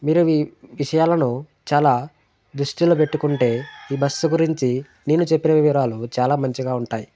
మీరు అవి విషయాలను చాలా దృష్టిలో పెట్టుకుంటే ఈ బస్సు గురించి నేను చెప్పిన వివరాలు చాలా మంచిగా ఉంటాయి